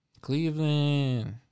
Cleveland